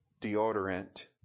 deodorant